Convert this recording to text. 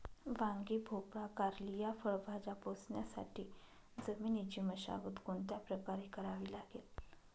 वांगी, भोपळा, कारली या फळभाज्या पोसण्यासाठी जमिनीची मशागत कोणत्या प्रकारे करावी लागेल?